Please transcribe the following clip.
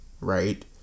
right